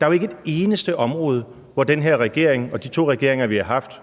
Der er jo ikke et eneste område, hvor den her regering og de to regeringer, vi har haft